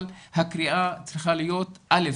אבל הקריאה צריכה להיות א.